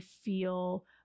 feel